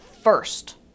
first